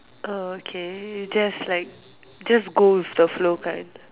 oh okay just like just go with the flow kind